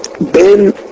Ben